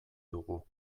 dugu